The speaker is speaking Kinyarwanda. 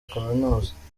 kaminuza